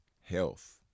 health